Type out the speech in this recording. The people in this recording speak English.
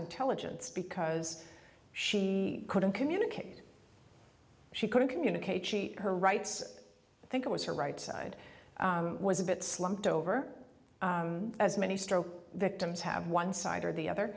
intelligence because she couldn't communicate she couldn't communicate keep her rights think it was her right side was a bit slumped over as many stroke victims have one side or the other